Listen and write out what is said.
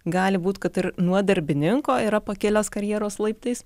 gali būt kad ir nuo darbininko yra pakilęs karjeros laiptais